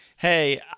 Hey